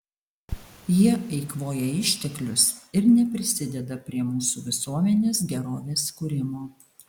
jie eikvoja išteklius ir neprisideda prie mūsų visuomenės gerovės kūrimo